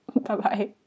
Bye-bye